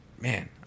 Man